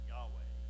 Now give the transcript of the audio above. Yahweh